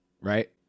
right